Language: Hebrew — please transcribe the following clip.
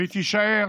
והיא תישאר